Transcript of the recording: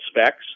specs